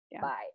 Bye